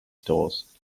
stores